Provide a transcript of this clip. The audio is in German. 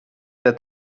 der